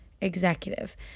executive